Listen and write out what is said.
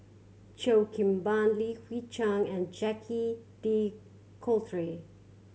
Cheo Kim Ban Li Hui Cheng and Jacque De Coutre